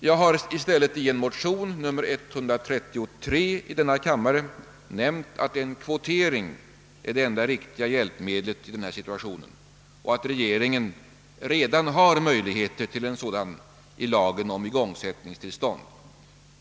Jag har i motionen II: 133 framhållit att en kvotering är det enda riktiga hjälpmedlet i denna situation och att regeringen redan har möjligheter till en. sådan kvotering i lagen om igångsättningstillstånd.